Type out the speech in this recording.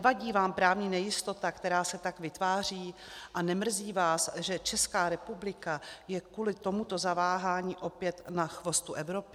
Nevadí vám právní nejistota, která se tak vytváří, a nemrzí vás, že Česká republika je kvůli tomuto zaváhání opět na chvostu Evropy?